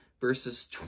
verses